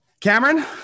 Cameron